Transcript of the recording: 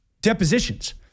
depositions